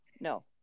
No